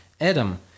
Adam